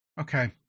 Okay